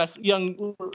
young